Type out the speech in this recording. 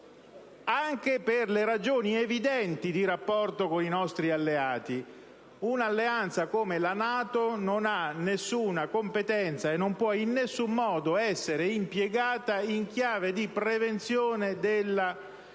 anche per le ragioni evidenti di rapporto con i nostri alleati. Un'alleanza come la NATO non ha alcuna competenza e non può, in alcun modo, essere impiegata in chiave di prevenzione